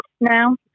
now